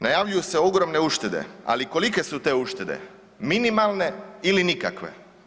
Najavljuju se ogromne uštede, ali kolike su te uštede, minimalne ili nikakve.